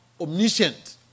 omniscient